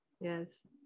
yes